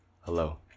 Hello